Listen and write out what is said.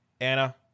Anna